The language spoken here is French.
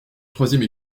troisième